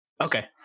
Okay